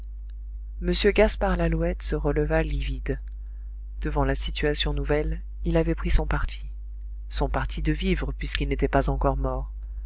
m gaspard lalouette se releva livide devant la situation nouvelle il avait pris son parti son parti de vivre puisqu'il n'était pas encore mort